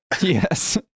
yes